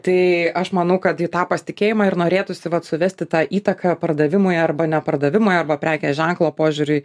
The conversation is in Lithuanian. tai aš manau kad į tą pasitikėjimą ir norėtųsi vat suvesti tą įtaką pardavimui arba ne pardavimui arba prekės ženklo požiūriui